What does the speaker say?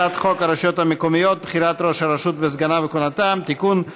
הצעת חוק הרשויות המקומיות (בחירת ראש הרשות וסגניו וכהונתם) (תיקון,